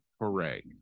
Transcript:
hooray